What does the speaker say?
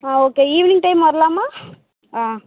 ஆ okay evening time வரலாமா ஆ